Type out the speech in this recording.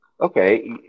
Okay